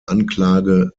anklage